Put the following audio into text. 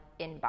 inbox